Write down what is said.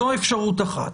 זאת אפשרות אחת.